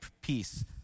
peace